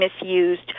misused